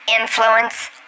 influence